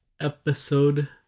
episode